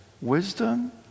wisdom